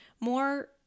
more